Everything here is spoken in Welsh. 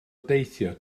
deithio